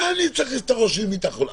מה אני צריך להכניס את הראש למיטה חולה.